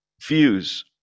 fuse